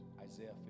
isaiah